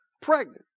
pregnant